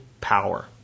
power